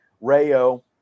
Rayo